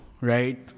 right